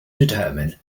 determine